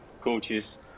coaches